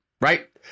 right